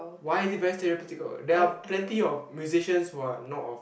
why is it very stereotypical there are plenty of musicians who are not of